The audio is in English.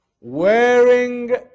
Wearing